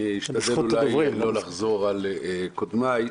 אשתדל לא לחזור על קודמיי,